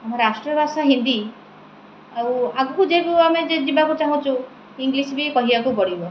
ଆମ ରାଷ୍ଟ୍ର ଭାଷା ହିନ୍ଦୀ ଆଉ ଆଗକୁ ଯିଏ ଆମେ ଯେ ଯିବାକୁ ଚାହୁଁଛୁ ଇଂଗ୍ଲିଶ୍ ବି କହିବାକୁ ପଡ଼ିବ